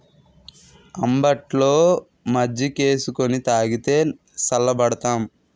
అంబట్లో మజ్జికేసుకొని తాగితే సల్లబడతాం